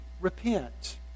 repent